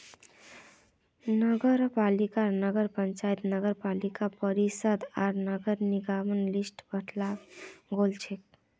नगरपालिकाक नगर पंचायत नगरपालिका परिषद आर नगर निगमेर लिस्टत बंटाल गेलछेक